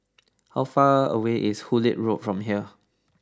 how far away is Hullet Road from here